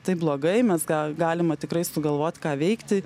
taip blogai mes ga galime tikrai sugalvot ką veikti